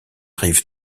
rive